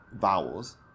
vowels